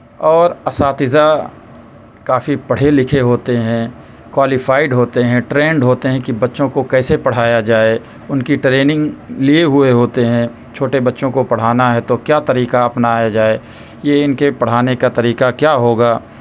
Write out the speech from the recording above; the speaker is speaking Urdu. اور اساتذہ کافی پڑھے لکھے ہوتے ہیں کوالیفائیڈ ہوتے ہیں ٹرینڈ ہوتے ہیں کہ بچوں کو کیسے پڑھایا جائے ان کی ٹریننگ لئے ہوئے ہوتے ہیں چھوٹے بچوں کو پڑھانا ہے تو کیا طریقہ اپنایا جائے یہ ان کے پڑھانے کا طریقہ کیا ہوگا